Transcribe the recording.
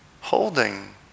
holding